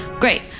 Great